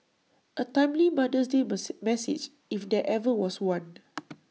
A timely mother's day mercy message if there ever was one